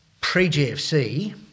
pre-GFC